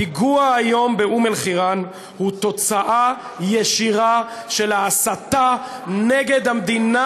הפיגוע היום באום-אלחיראן הוא תוצאה ישירה של ההסתה נגד המדינה,